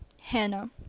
Hannah